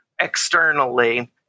externally